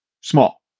small